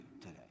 today